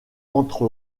entre